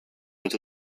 mit